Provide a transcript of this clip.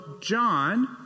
John